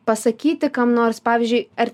pasakyti kam nors pavyzdžiui ar